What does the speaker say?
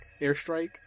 Airstrike